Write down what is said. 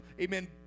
amen